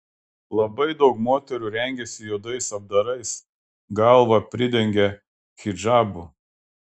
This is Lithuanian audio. labai daug moterų rengiasi juodais apdarais galvą pridengia hidžabu